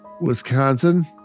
Wisconsin